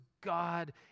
God